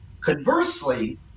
Conversely